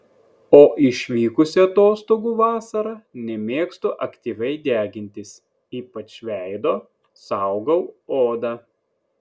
o išvykusi atostogų vasarą nemėgstu aktyviai degintis ypač veido saugau odą